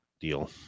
deal